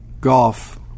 golf